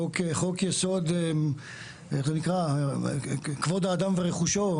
חוק יסוד כבוד האדם ורכושו,